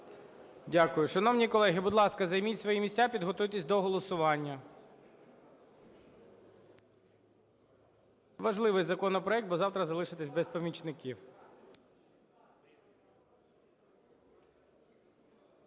Дякую. Шановні колеги, будь ласка, займіть свої місця, підготуйтесь до голосування. Важливий законопроект, бо завтра залишитесь без помічників.